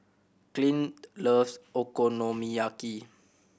Clint loves Okonomiyaki